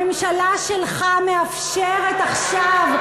הממשלה שלך מאפשרת עכשיו,